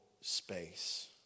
space